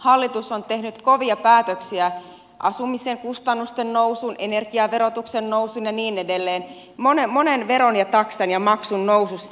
hallitus on tehnyt kovia päätöksiä asumisen kustannusten noususta energiaverotuksen noususta ja niin edelleen monen veron taksan ja maksun noususta